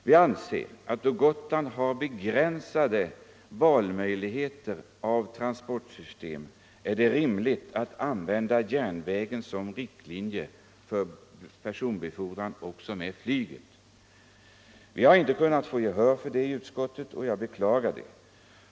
Vi anser att då Gotland har begränsade möjligheter att välja transportsystem är det rimligt att använda järnvägspriset som riktlinje också för personbefordran med flyg. Vi har inte kunnat få gehör för detta i utskottet, och jag beklagar det.